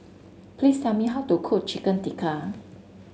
please tell me how to cook Chicken Tikka